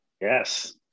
Yes